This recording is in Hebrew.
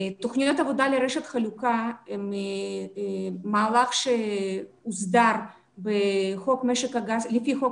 תוכניות עבודה לרשת חלוקה הם מהלך שהוסדר לפי חוק